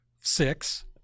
Six